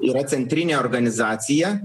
yra centrinė organizacija